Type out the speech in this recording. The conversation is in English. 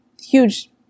huge